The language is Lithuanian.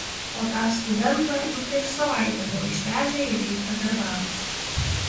o tą studentą jau prieš savaitę buvo išvežę į reichą darbams